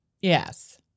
Yes